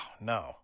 no